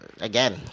again